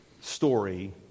story